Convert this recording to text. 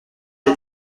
des